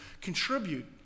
contribute